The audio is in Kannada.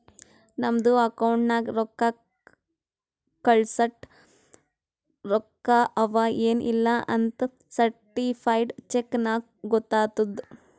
ನಮ್ದು ಅಕೌಂಟ್ ನಾಗ್ ರೊಕ್ಕಾ ಕಳ್ಸಸ್ಟ ರೊಕ್ಕಾ ಅವಾ ಎನ್ ಇಲ್ಲಾ ಅಂತ್ ಸರ್ಟಿಫೈಡ್ ಚೆಕ್ ನಾಗ್ ಗೊತ್ತಾತುದ್